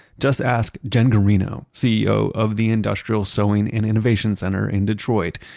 just ask jen guarino, ceo of the industrial sewing and innovation center in detroit,